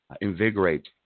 invigorate